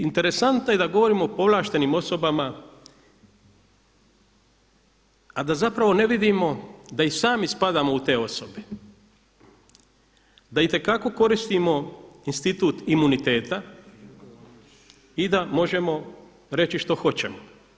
Interesantno je da govorimo o povlaštenim osobama, a da zapravo ne vidimo da i sami spadamo u te osobe, da itekako koristimo institut imuniteta i da možemo reći što hoćemo.